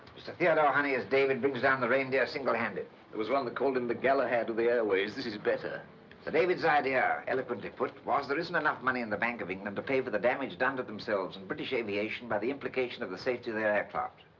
mr. theodore honey as david brings down the reindeer single-handed. there was one that called him the galahad of the airways. this is better. sir david's idea, eloquently put, was there isn't enough money in the bank of england. to pay for the damage done to themselves and british aviation. by the implication of the safety of their aircraft.